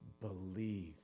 Believe